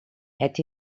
het